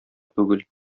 түгел